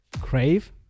Crave